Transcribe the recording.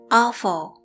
awful